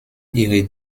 ihre